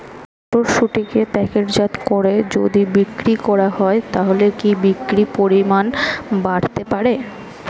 মটরশুটিকে প্যাকেটজাত করে যদি বিক্রি করা হয় তাহলে কি বিক্রি পরিমাণ বাড়তে পারে?